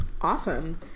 Awesome